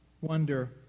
wonder